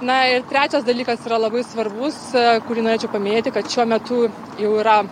na ir trečias dalykas yra labai svarbus kurį norėčiau paminėti kad šiuo metu jau yra